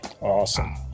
Awesome